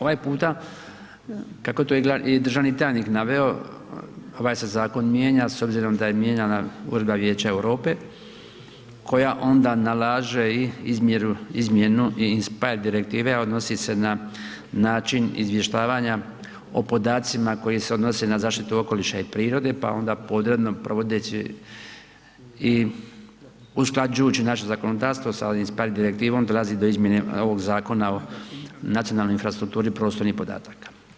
Ovaj puta kako je to i državni tajnik naveo, ovaj se zakon mijenja s obzirom da je mijenjana uredba Vijeća Europe koja onda nalaže i izmjenu inspire direktive a odnosi se na način izvještavanja o podacima koji se odnose na zaštitu okoliša i prirode pa onda podredno provodeći i usklađujući naše zakonodavstvo sa inspire direktivom, dolazi do izmjene ovog Zakona o nacionalnoj infrastrukturi prostornih podataka.